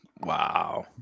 Wow